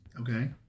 Okay